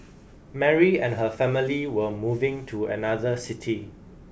Mary and her family were moving to another city